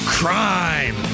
Crime